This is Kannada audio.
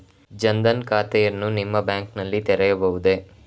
ಜನ ದನ್ ಖಾತೆಯನ್ನು ನಿಮ್ಮ ಬ್ಯಾಂಕ್ ನಲ್ಲಿ ತೆರೆಯಬಹುದೇ?